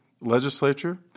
legislature